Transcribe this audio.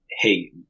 hey